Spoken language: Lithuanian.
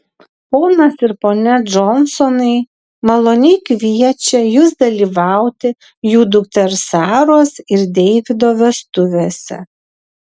ponas ir ponia džonsonai maloniai kviečia jus dalyvauti jų dukters saros ir deivido vestuvėse